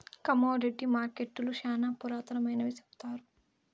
commodity మార్కెట్టులు శ్యానా పురాతనమైనవి సెప్తారు